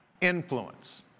influence